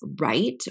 right